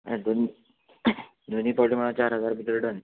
हें दोनी दोनी पावटी म्हळ्यार चार हजार भितर डन